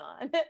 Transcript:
on